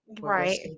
right